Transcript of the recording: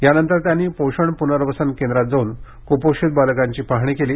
यानंतर त्यांनी पोषण पूर्नवसन केंद्रात जावून कूपोषीत बालकांची पाहणी केली